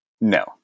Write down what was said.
No